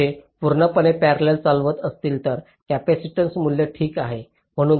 जर ते पूर्णपणे पॅरेलाल चालवत असतील तर कॅपेसिटन्स मूल्य ठीक असेल